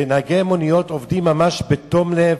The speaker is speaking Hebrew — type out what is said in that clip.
נהגי המוניות עובדים ממש בתום לב,